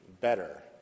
better